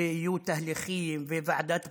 ויהיו תהליכים וועדת בחירות?